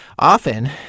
Often